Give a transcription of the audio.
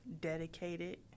dedicated